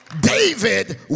David